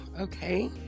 okay